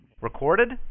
Recorded